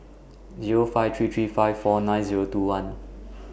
Zero five three three five four nine Zero two one